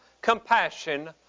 compassion